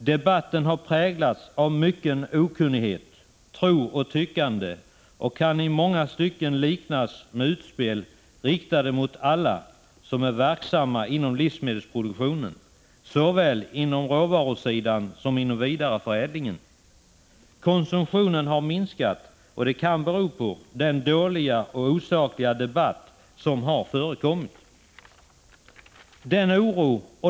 Debatten har präglats av mycken okunnighet, tro och tyckande och kan i många stycken liknas vid utspel, riktade mot alla som är verksamma inom livsmedelsproduktionen — såväl på råvarusidan som inom vidareförädlingen. Konsumtionen har minskat, och det kan bero på den dåliga och osakliga debatt som har förekommit.